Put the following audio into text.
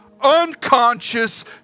unconscious